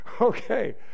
Okay